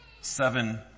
seven